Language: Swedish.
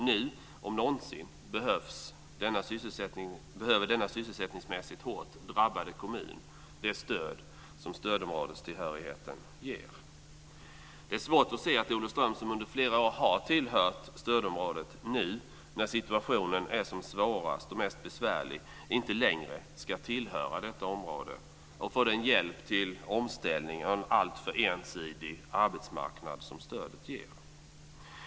Nu, om någonsin, behöver denna sysselsättningsmässigt hårt drabbade kommun det stöd som stödområdestillhörigheten ger. Det är svårt att se att Olofström som under flera år har tillhört stödområdet nu, när situationen är som svårast och mest besvärlig, inte längre ska tillhöra detta område och få den hjälp till omställning av en alltför ensidig arbetsmarknad som stödet ger.